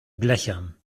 blechern